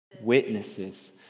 witnesses